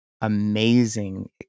amazing